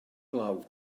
glaw